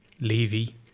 Levy